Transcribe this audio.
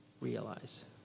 realize